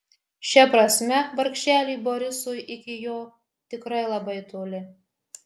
šia prasme vargšeliui borisui iki jo tikrai labai toli